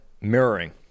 Mirroring